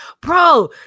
Bro